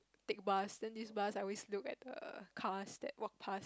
take bus then this bus I always look at the cars that walk past